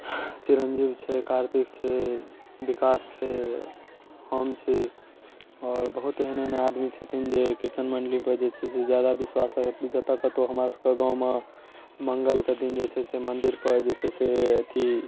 चिरन्जीव छै कार्तिक छै विकास छै हम छी आओर बहुत एहन एहन आदमी छथिन जे किर्तन मण्डली पर जे छै से जादा विश्वास है जतऽ कतौ हमरा सबके गाँवमे मङ्गलके दिन छै से मन्दिर पर जे छै से अथी